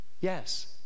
yes